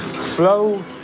Slow